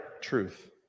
truth